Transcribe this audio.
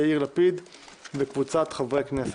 יאיר לפיד וקבוצת חברי כנסת.